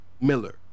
Miller